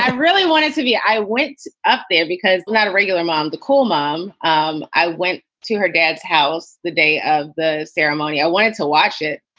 really wanted to be i went up there because lot of regular mom, the cool mom, um i went to her dad's house the day of the ceremony. i wanted to watch it.